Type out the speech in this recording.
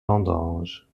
vendanges